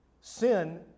Sin